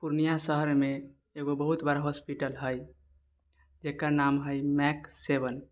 पुर्णियाँ शहरमे एगो बहुत बड़ा हॉस्पिटल हइ जकर नाम हइ मैक सेवन